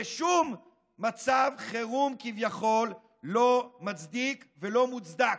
ושום מצב חירום כביכול לא מצדיק ולא מוצדק.